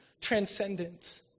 transcendent